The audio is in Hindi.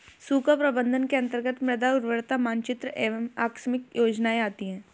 सूखा प्रबंधन के अंतर्गत मृदा उर्वरता मानचित्र एवं आकस्मिक योजनाएं आती है